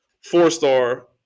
Four-star